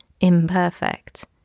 imperfect